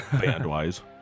Band-wise